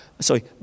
sorry